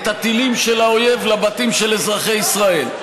את הטילים של האויב לבתים של אזרחי ישראל.